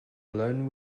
blown